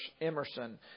Emerson